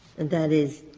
and that is,